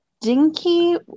Dinky